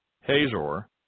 Hazor